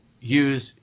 use